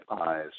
eyes